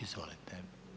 Izvolite.